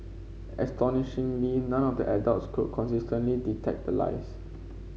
astonishingly none of the adults could consistently detect the lies